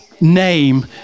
Name